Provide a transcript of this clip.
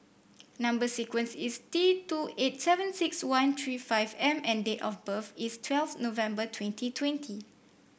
number sequence is T two eight seven six one three five M and date of birth is twelve November twenty twenty